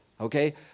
okay